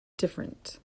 different